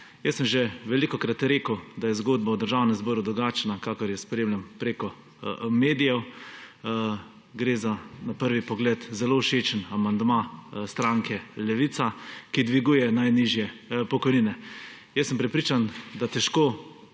Jaz sem že velikokrat rekel, da je zgodba v Državnem zboru drugačna, kakor jo spremljam preko medijev. Gre za na prvi pogled zelo všečen amandma stranke Levica, ki dviguje najnižje pokojnine. Jaz sem prepričan, da težko